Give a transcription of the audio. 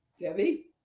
Debbie